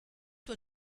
tuo